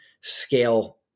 scale